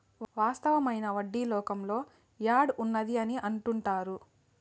వాస్తవమైన వడ్డీ లోకంలో యాడ్ ఉన్నది అని అంటుంటారు